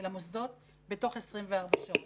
אל המוסדות בתוך 24 שעות.